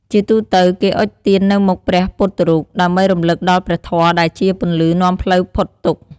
ជាទូទៅ គេអុជទៀននៅមុខព្រះពុទ្ធរូប ដើម្បីរំលឹកដល់ព្រះធម៌ដែលជាពន្លឺនាំផ្លូវផុតទុក្ខ។